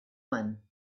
one